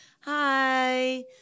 hi